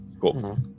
Cool